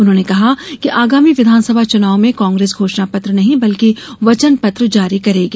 उन्होंने कहा कि आगामी विधानसभा चुनाव में कांग्रेस घोषणा पत्र नहीं बल्कि वचनपत्र जारी करेगी